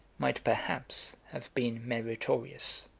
might perhaps have been meritorious.